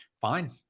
fine